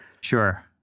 Sure